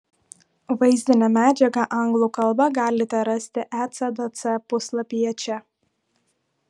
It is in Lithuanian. vaizdinę medžiagą anglų kalba galite rasti ecdc puslapyje čia